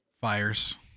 fires